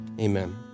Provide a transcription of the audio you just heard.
Amen